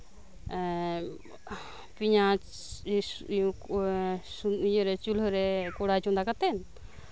ᱮᱜ ᱯᱮᱸᱭᱟᱡᱽ ᱪᱩᱞᱦᱟᱹᱨᱮ ᱠᱚᱲᱟᱭ ᱪᱚᱸᱫᱟ ᱠᱟᱛᱮᱱ